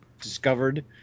discovered